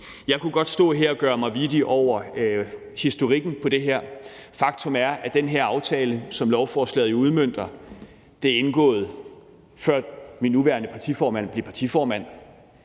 Jeg kunne godt stå her og gøre mig vittig over historikken i det her. Faktum er, at den her aftale, som lovforslaget jo udmønter, blev indgået, før min nuværende partiformand blev partiformand.